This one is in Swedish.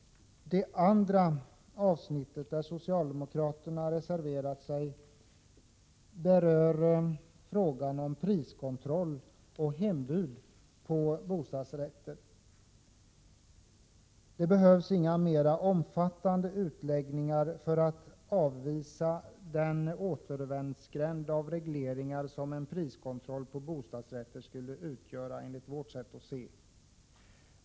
Det andra avsnittet där socialdemokraterna reserverat sig berör frågan om priskontroll och hembud på bostadsrätter. Det behövs ingen mer omfattande utläggning för att avvisa den återvändsgränd av regleringar som en priskontroll på bostadsrätter skulle utgöra, enligt vårt sätt att se.